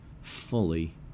fully